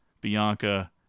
bianca